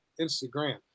Instagram